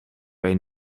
één